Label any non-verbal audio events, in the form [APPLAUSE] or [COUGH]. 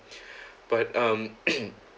[BREATH] but um [COUGHS]